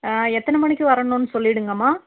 ஆ எத்தனை மணிக்கு வரணுன்னு சொல்லிவிடுங்கம்மா